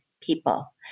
People